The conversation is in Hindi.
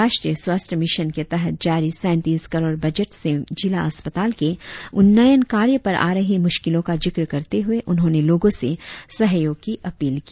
राष्ट्रीय स्वास्थ्य मिशन के तहत जारी सैंतीस करोड़ बजट से जिला अस्पताल के उन्नयन कार्य पर आ रही मुश्किलों का जिक्र करते हुए उन्होंने लोगों से सहयोग की अपील की